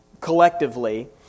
collectively